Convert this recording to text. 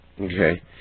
Okay